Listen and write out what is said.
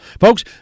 Folks